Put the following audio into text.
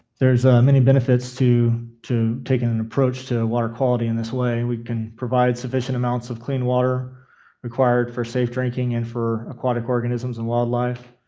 there're many benefits to to taking an approach to water quality in this way. we can provide sufficient amounts of clean water required for safe drinking and for aquatic organisms and wildlife,